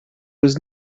was